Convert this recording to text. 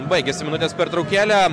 baigėsi minutės pertraukėlė